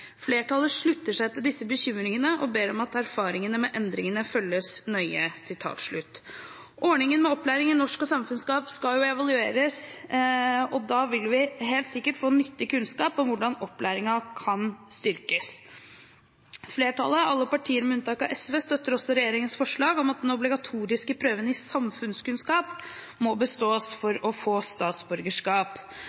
seg til disse bekymringene og ber om at erfaringene med endringene følges nøye.» Ordningen med opplæring i norsk og samfunnskunnskap skal jo evalueres, og da vil vi helt sikkert få nyttig kunnskap om hvordan opplæringen kan styrkes. Flertallet, alle partier med unntak av SV, støtter også regjeringens forslag om at den obligatoriske prøven i samfunnskunnskap må bestås for å få statsborgerskap.